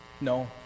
No